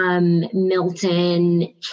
Milton